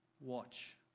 watch